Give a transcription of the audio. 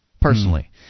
personally